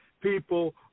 people